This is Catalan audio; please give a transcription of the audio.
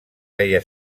feia